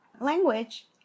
language